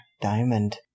diamond